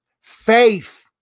faith